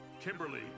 Kimberly